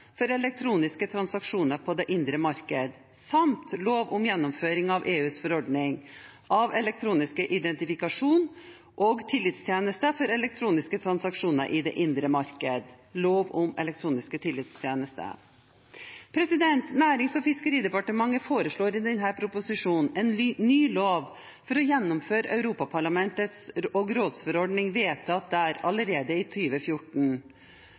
for elektroniske transaksjoner på det indre marked, og lov om gjennomføring av EUs forordning om elektronisk identifikasjon og tillitstjenester for elektroniske transaksjoner i det indre marked, lov om elektroniske tillitstjenester. Nærings- og fiskeridepartementet foreslår i denne proposisjonen en ny lov for å gjennomføre europaparlaments- og rådsforordning vedtatt der allerede i